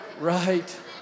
right